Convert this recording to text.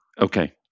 Okay